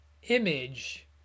image